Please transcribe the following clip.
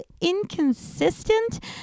inconsistent